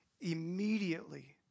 Immediately